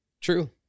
True